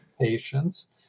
patients